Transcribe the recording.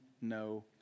no